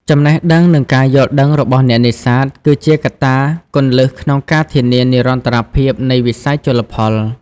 ចំណេះដឹង និងការយល់ដឹងរបស់អ្នកនេសាទ គឺជាកត្តាគន្លឹះក្នុងការធានានិរន្តរភាពនៃវិស័យជលផល។